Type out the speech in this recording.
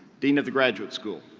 dean of the graduate school.